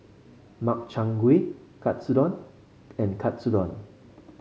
Makchang Gui Katsudon and Katsudon